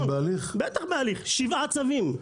בטח שבהליך - שבעה צווים.